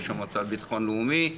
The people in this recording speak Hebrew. ראש המועצה לביטחון לאומי,